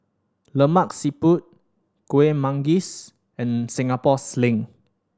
Lemak Siput Kuih Manggis and Singapore Sling